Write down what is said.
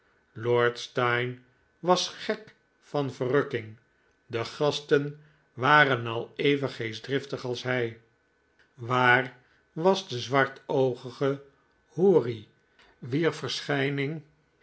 lord steyne was gek van verrukking de gasten waren al even geestdriftig als hij waar was de zwartoogige houri wier verschijning